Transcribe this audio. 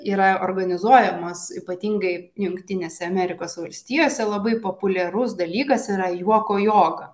yra organizuojamas ypatingai jungtinėse amerikos valstijose labai populiarus dalykas yra juoko joga